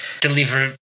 Deliver